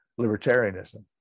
libertarianism